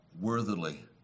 worthily